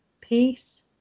peace